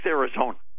Arizona